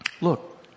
look